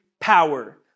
Power